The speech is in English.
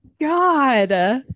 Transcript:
God